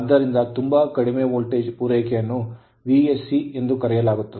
ಆದ್ದರಿಂದ ತುಂಬಾ ಕಡಿಮೆ ವೋಲ್ಟೇಜ್ ಪೂರೈಕೆಯನ್ನು Vsc ಎಂದು ಕರೆಯಲಾಗುತ್ತದೆ